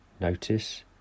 notice